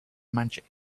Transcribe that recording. magic